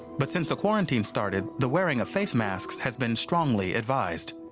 but since the quarantine started, the wearing of face masks has been strongly advised.